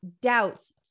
doubts